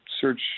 search